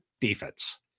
defense